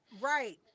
right